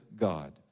God